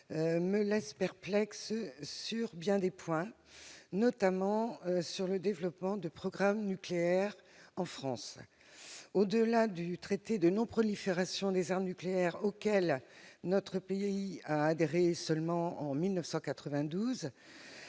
me laisse perplexe sur bien des points, notamment pour ce qui concerne le développement de programmes nucléaires en France. Au-delà du traité de non-prolifération des armes nucléaires, auquel notre pays n'a adhéré qu'en 1992,